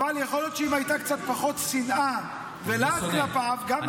אבל יכול להיות שאם הייתה קצת פחות שנאה ולהט כלפיו -- אני לא שונא,